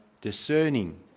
discerning